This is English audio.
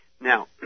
Now